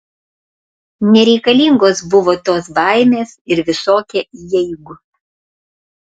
nereikalingos buvo tos baimės ir visokie jeigu